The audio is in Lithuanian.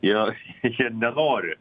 jie jie nenori